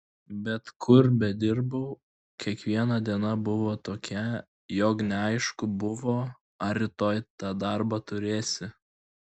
bet kur bedirbau kiekviena diena buvo tokia jog neaišku buvo ar rytoj tą darbą turėsi